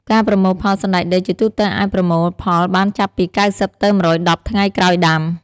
ការប្រមូលផល សណ្តែកដីជាទូទៅអាចប្រមូលផលបានចាប់ពី ៩០ ទៅ ១១០ ថ្ងៃក្រោយដាំ។